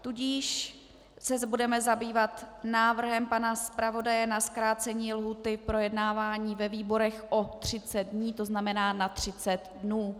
Tudíž se budeme zabývat návrhem pana zpravodaje na zkrácení lhůty k projednávání ve výborech o 30 dní, tzn. na 30 dnů.